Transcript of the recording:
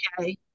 okay